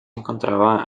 encontraba